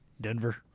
Denver